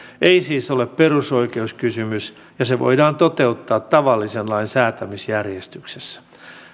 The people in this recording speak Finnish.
ei siis ole perusoikeuskysymys ja se voidaan toteuttaa tavallisen lain säätämisjärjestyksessä